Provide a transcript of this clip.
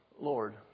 Lord